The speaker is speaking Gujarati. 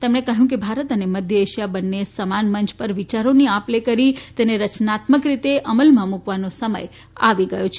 તેમણે કહ્યુંકે ભારત અને મધ્ય એશીયા બંન્નેએ સમાન મંય પર વિચારોની આપ લે કરી તેને રયનાત્મક રીતે અમલમાં મૂકવાનો સમય આવી ગયો છે